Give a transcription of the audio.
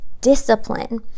discipline